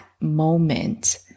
moment